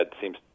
seems